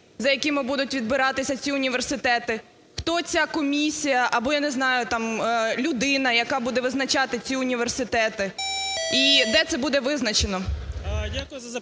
за якими будуть відбиратись ці університети? Хто ця комісія або, я не знаю, там людина, яка буде визначати ці університети? І де це буде визначено?